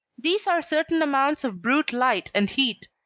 these are certain amounts of brute light and heat.